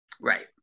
Right